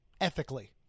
ethically